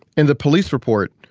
in the police report,